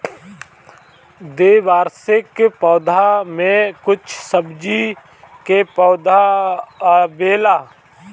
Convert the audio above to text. द्विवार्षिक पौधा में कुछ सब्जी के पौधा आवेला